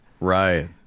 Right